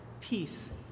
peace